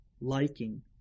Liking